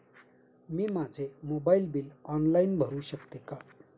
मी माझे mobile bill online भरू शकते का?